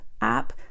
app